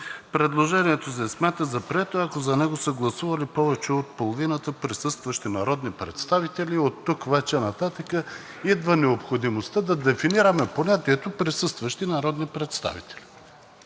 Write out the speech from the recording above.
Предложението се смята за прието, ако за него са гласували повече от половината присъстващи народни представители...“ – оттук нататък идва необходимостта да дефинираме понятието „присъстващи народни представители“.